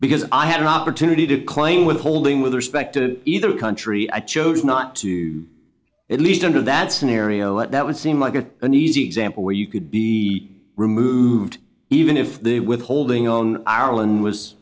because i had an opportunity to claim with holding with respect to either country i chose not to at least under that scenario that would seem like a an easy example where you could be removed even if the withholding on ireland was